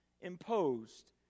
imposed